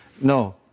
No